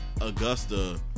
Augusta